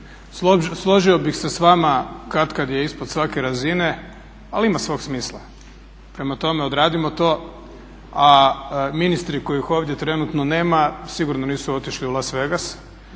složio bih se s vama katkad je ispod svake razine, ali ima svog smisla. Prema tome odradimo tome, a ministri kojih ovdje trenutno nema sigurno nisu otišli u Las Vegas